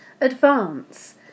Advance